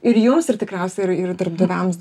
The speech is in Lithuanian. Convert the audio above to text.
ir jums ir tikriausiai ir ir darbdaviams